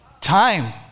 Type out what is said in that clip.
time